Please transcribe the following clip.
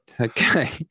Okay